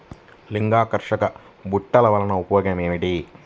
లింగాకర్షక బుట్టలు వలన ఉపయోగం ఏమిటి?